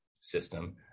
system